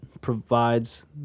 provides